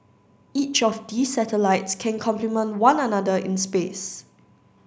each of these satellites can complement one another in space